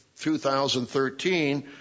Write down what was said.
2013